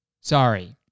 Sorry